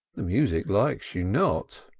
the music likes you not.